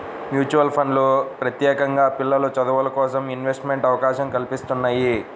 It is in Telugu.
మ్యూచువల్ ఫండ్లు ప్రత్యేకంగా పిల్లల చదువులకోసం ఇన్వెస్ట్మెంట్ అవకాశం కల్పిత్తున్నయ్యి